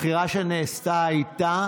הבחירה שנעשתה הייתה